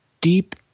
deep